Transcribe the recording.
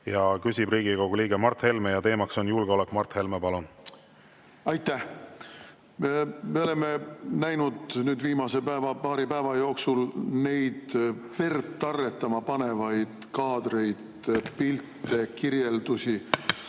Küsib Riigikogu liige Mart Helme ja teema on julgeolek. Mart Helme, palun! Aitäh! Me oleme näinud viimase paari päeva jooksul neid verd tarretama panevaid kaadreid, pilte, kirjeldusi